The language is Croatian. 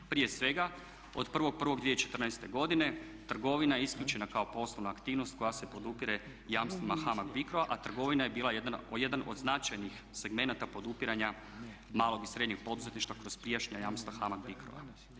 Prije svega, od 1.1.2014. godine trgovina je isključena kao poslovna aktivnost koja se podupire jamstvima HAMAG BICRO-a a trgovina je bila jedan od značajnih segmenata podupiranja malog i srednjeg poduzetništva kroz prijašnja jamstva HAMAG BICRO-a.